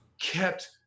kept